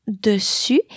dessus